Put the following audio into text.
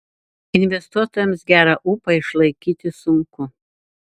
investuotojams gerą ūpą išlaikyti sunku